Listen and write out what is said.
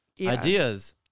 Ideas